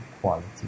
quality